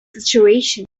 situation